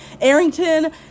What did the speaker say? Arrington